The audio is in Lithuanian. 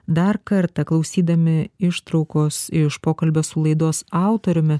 dar kartą klausydami ištraukos iš pokalbio su laidos autoriumi